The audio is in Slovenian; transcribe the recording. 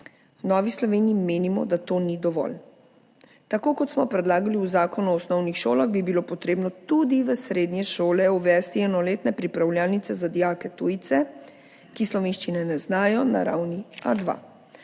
V Novi Sloveniji menimo, da to ni dovolj. Tako kot smo predlagali v Zakonu o osnovni šoli, bi bilo potrebno tudi v srednje šole uvesti enoletne pripravljalnice za dijake tujce, ki slovenščine ne znajo na ravni A2.